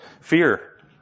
fear